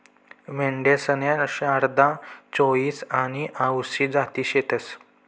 मेंढ्यासन्या शारदा, चोईस आनी आवसी जाती शेतीस